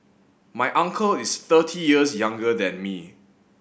my uncle is thirty years younger than me